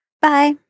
Bye